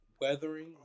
Weathering